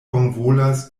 bonvolas